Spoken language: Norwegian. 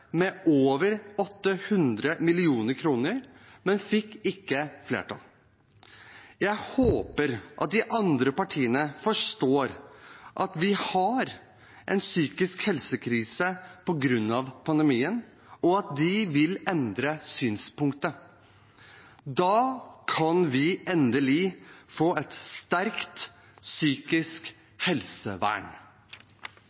med over 800 mill. kr, men fikk ikke flertall. Jeg håper at de andre partiene forstår at vi har en psykisk helse-krise på grunn av pandemien, og at de vil endre synspunkt. Da kan vi endelig få et sterkt psykisk